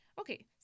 okay